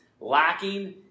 lacking